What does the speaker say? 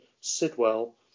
Sidwell